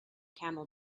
camel